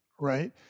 Right